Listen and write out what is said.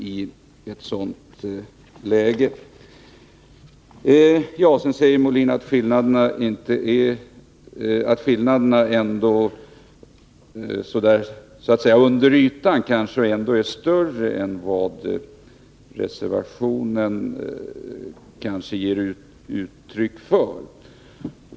Björn Molin säger att skillnaderna så att säga under ytan ändå är större än vad reservationen kanske ger uttryck för.